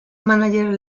manager